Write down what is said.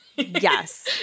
Yes